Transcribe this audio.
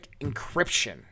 encryption